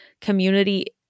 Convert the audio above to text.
community